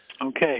Okay